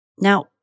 Now